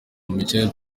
michel